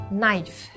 knife